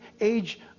age